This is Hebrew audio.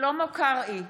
שלמה קרעי,